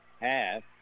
half